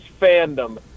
fandom